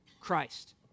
Christ